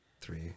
Three